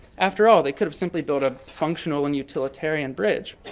after all, they couldn't simply built a functional and utilitarian bridge.